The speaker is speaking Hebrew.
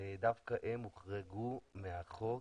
דווקא הם הוחרגו מהחוק